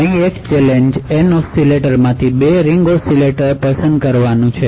અહીં એક challenge N ઓસિલેટરમાંથી 2 રીંગ ઓસિલેટર પસંદ કરવાનું છે